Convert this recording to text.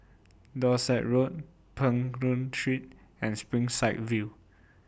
Dorset Road Peng Nguan Street and Springside View